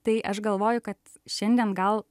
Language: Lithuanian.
tai aš galvoju kad šiandien gal